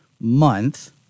month